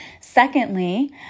Secondly